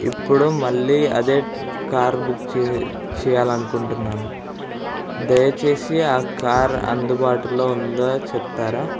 ఇప్పుడు మళ్ళీ అదే కార్ బుక్ చే చేయాలి అనుకుంటున్నాను దయచేసి ఆ కార్ అందుబాటులో ఉందో చెప్తారా